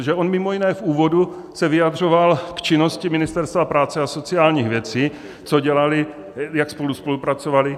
Protože on mimo jiné v úvodu se vyjadřoval k činnosti Ministerstva práce a sociálních věcí, co dělali, jak spolu spolupracovali.